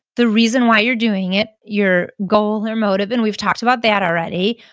the reason why you're doing it, your goal or motive. and we've talked about that already.